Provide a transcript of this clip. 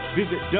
visit